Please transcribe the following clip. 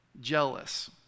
jealous